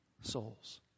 souls